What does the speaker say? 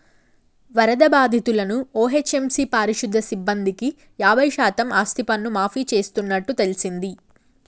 వరద బాధితులను ఓ.హెచ్.ఎం.సి పారిశుద్య సిబ్బందికి యాబై శాతం ఆస్తిపన్ను మాఫీ చేస్తున్నట్టు తెల్సింది